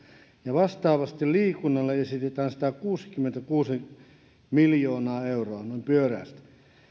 vastaavasti liikunnalle esitetään satakuusikymmentäkuusi miljoonaa euroa noin pyöreästi